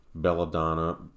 Belladonna